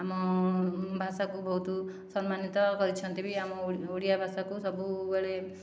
ଆମ ଭାଷାକୁ ବହୁତ ସମ୍ମାନୀତ କରିଛନ୍ତି ବି ଆମ ଓଡ଼ିଆ ଭାଷାକୁ ସବୁବେଳେ